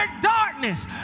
darkness